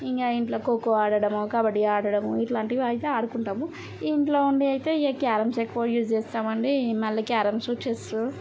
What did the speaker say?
ఇంకా ఇంట్లో కోకో ఆడడము కబడ్డీ ఆడడము ఇట్లాంటివి అయితే ఆడుకుంటాము ఇంట్లో ఉండే అయితే ఎ క్యారమ్స్ ఎక్కువ యూస్ చేస్తాము అండి మళ్ళీ క్యారమ్స్ చెస్